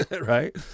right